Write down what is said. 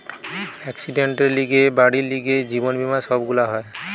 একসিডেন্টের লিগে, বাড়ির লিগে, জীবন বীমা সব গুলা হয়